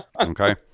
Okay